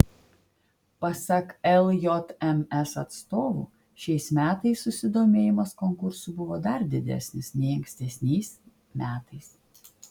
pasak ljms atstovų šiais metais susidomėjimas konkursu buvo dar didesnis nei ankstesniais metais